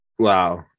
wow